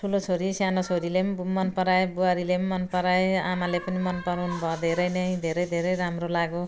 ठुलो छोरी सानो छोरीले पनि मनपराए बुहारीले पनि मनपराए आमाले पनि मनपराउनु भयो धेरै नै धेरै धेरै राम्रो लाग्यो